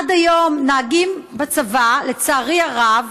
עד היום נהגים בצבא, לצערי הרב,